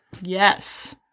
Yes